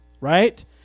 Right